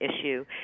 issue